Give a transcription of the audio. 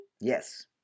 Yes